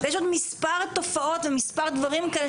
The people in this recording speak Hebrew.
יש עוד מספר תופעות ומספר דברים כאלה,